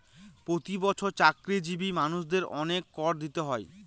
প্রতি বছর চাকরিজীবী মানুষদের অনেক কর দিতে হয়